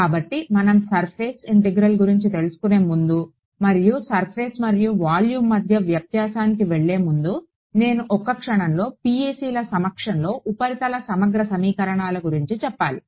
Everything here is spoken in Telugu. కాబట్టి మనం సర్ఫేస్ ఇంటిగ్రేల్ గురించి తెలుసుకునే ముందు మరియు సర్ఫేస్ మరియు వాల్యూమ్ మధ్య వ్యత్యాసానికి వెళ్లే ముందు నేను ఒక క్షణంలో PECల సమక్షంలో ఉపరితల సమగ్ర సమీకరణాల గురించి చెప్పాలి